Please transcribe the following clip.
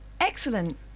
Excellent